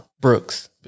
Brooks